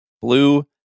Blue